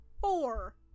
Four